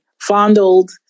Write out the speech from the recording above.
fondled